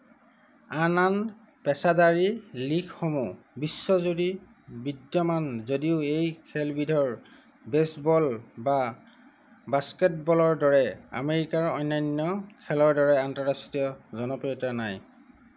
আন আন পেছাদাৰী লীগসমূহ বিশ্বজুৰি বিদ্যমান যদিও এই খেলবিধৰ বেছবল বা বাস্কেটবলৰ দৰে আমেৰিকাৰ অন্যান্য খেলৰ দৰে আন্তঃৰাষ্ট্ৰীয় জনপ্ৰিয়তা নাই